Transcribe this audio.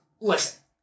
listen